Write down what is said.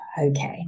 okay